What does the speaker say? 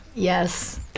Yes